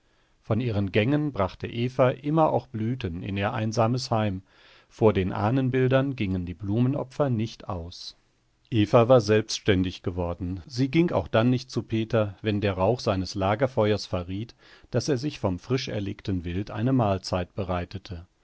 von ihren gängen brachte eva immer auch blüten in ihr einsames heim vor den ahnenbildern gingen die blumenopfer nicht aus eva war selbständig geworden sie ging auch dann nicht zu peter wenn der rauch seines lagerfeuers verriet daß er sich vom frisch erlegten wild eine mahlzeit bereitete